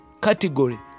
category